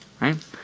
right